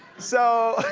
so